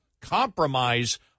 compromise